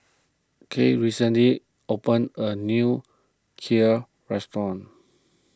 Kate recently opened a new Kheer restaurant